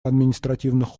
административных